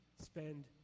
spend